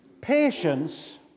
Patience